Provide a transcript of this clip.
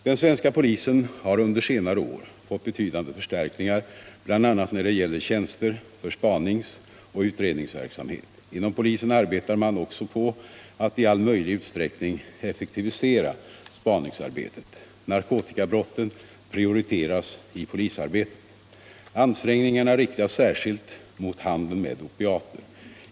Den svenska polisen har under senare år fått betydande förstärkningar, bl.a. när det gäller tjänster för spanings och utredningsverksamhet. Inom polisen arbetar man också på att i all möjlig utsträckning effektivisera spaningsarbetet. Narkotikabrotten prioriteras i polisarbetet. Ansträngningarna riktas särskilt mot handeln med opiater.